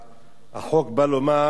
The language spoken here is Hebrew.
(תיקון, חינוך למניעת צער בעלי-חיים),